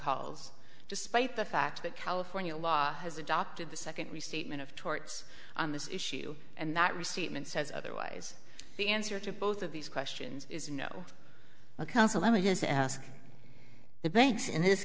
calls despite the fact that california law has adopted the second restatement of torts on this issue and that receipt and says otherwise the answer to both of these questions is no counsel let me just ask the banks in this